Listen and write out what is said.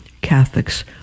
Catholics